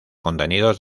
contenidos